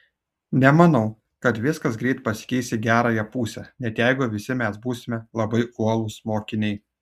nemanau kad viskas greit pasikeis į gerąją pusę net jeigu visi mes būsime labai uolūs mokiniai